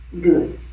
good